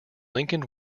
lincoln